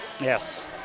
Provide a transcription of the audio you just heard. Yes